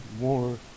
more